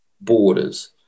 borders